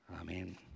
Amen